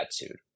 attitude